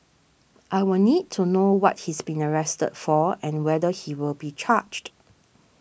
I will need to know what he's been arrested for and whether he will be charged